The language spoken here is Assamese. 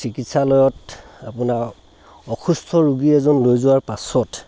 চিকিৎসালয়ত আপোনাৰ অসুস্থ ৰোগী এজন লৈ যোৱাৰ পাছত